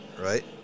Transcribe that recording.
right